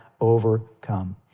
overcome